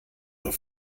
nur